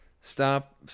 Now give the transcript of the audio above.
stop